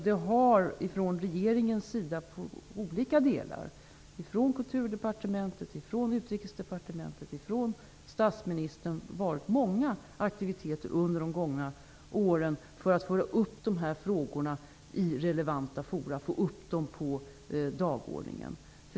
Det har från regeringens sida -- Kulturdepartementet, Utrikesdepartementet och statsministern -- varit många aktiviteter under de gångna åren för att föra upp dessa frågor i relevanta forum och för att få upp dem på dagordningen.